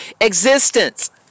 existence